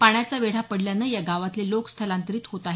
पाण्याचा वेढा पडल्यानं या गावातले लोक स्थलांतरित होत आहेत